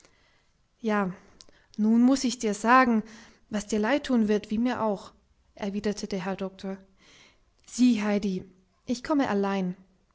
ja nun muß ich dir's sagen was dir leid tun wird wie mir auch erwiderte der herr doktor sieh heidi ich komme allein